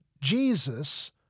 Jesus